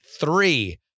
three